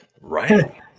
Right